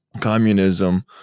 communism